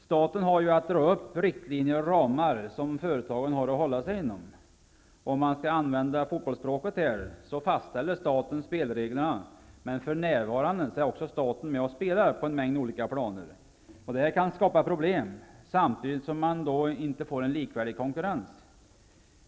Staten har att dra upp riktlinjer och ramar som företagen har att hålla sig inom. Om man skall använda fotbollsspråket, är det så att staten fastställer spelreglerna, men för närvarande är staten också med och spelar på en mängd olika planer. Det här kan skapa problem, samtidigt som konkurrensen inte är likvärdig.